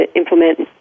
implement